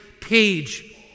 page